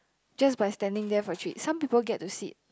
just by standing there for treat some people get to sit